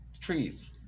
trees